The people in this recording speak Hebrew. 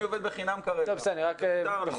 אני עובד בחינם כרגע.